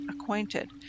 acquainted